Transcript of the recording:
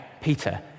Peter